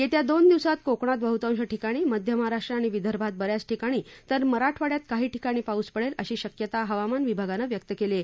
येत्या दोन दिवसांत कोकणात बहतांश ठिकाणी मध्य महाराष्ट्र आणि विदर्भात ब याच ठिकाणी तर मराठवाड़यात काही ठिकाणी पाऊस पडेल अशी शक्यता हवामान विभागानं व्यक्त केली आहे